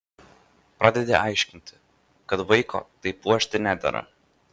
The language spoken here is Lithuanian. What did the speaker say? pradedi aiškinti kad vaiko taip puošti nedera